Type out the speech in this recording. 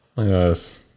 Yes